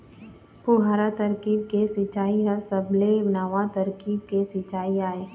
फुहारा तरकीब के सिंचई ह सबले नवा तरकीब के सिंचई आय